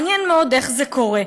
מעניין מאוד איך זה קורה,